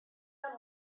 amb